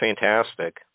fantastic